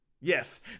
Yes